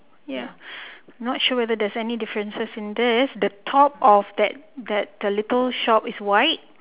ya not sure whether there's any differences in this the top of that that the little shop is white